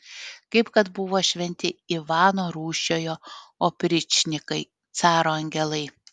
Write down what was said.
kaip kad buvo šventi ivano rūsčiojo opričnikai caro angelai